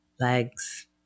legs